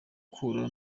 kugura